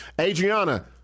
Adriana